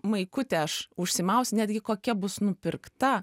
maikutę aš užsimausiu netgi kokia bus nupirkta